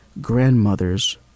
grandmothers